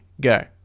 Go